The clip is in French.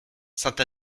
sainte